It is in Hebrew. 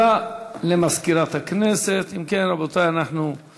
החלטת האיחוד האירופי לסימון